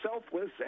selfless